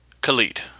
Khalid